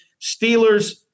Steelers